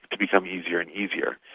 to become easier and easier.